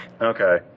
Okay